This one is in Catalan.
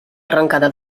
arrencada